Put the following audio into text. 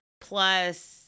plus